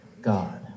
God